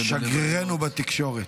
שגרירנו בתקשורת.